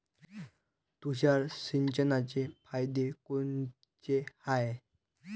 तुषार सिंचनाचे फायदे कोनचे हाये?